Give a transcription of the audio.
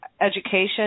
education